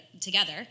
together